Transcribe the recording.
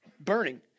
burning